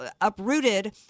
uprooted